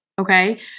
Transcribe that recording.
Okay